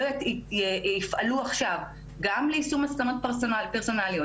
לא יפעלו עכשיו גם ליישום מסקנות פרסונליות,